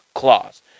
clause